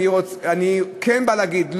אני כן בא להגיד,